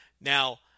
Now